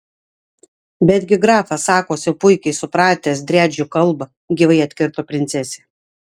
betgi grafas sakosi puikiai supratęs driadžių kalbą gyvai atkirto princesė